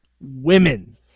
women